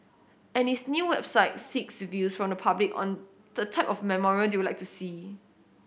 and its new website seeks views from the public on the type of memorial they would like to see